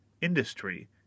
industry